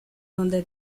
dónde